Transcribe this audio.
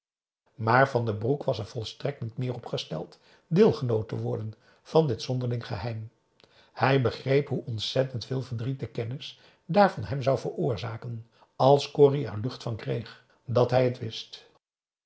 maar van den broek was er volstrekt niet meer op gesteld deelgenoot te worden van dit zonderling geheim hij begreep hoe ontzettend veel verdriet de kennis daarvan hem zou veroorzaken als corrie er de lucht van kreeg dat hij t wist